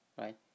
right